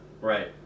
right